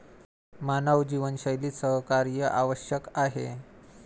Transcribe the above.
मानवी जीवनशैलीत सहकार्य आवश्यक आहे